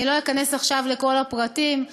לא אכנס עכשיו לכל הפרטים,